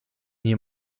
nie